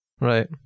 Right